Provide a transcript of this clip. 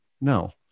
No